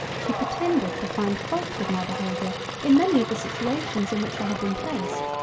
she pretended to find fault with my behaviour in many of the situations in which i had been placed.